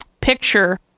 picture